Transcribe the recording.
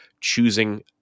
choosing